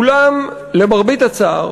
אולם למרבה הצער,